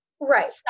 right